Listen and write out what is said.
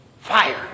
fire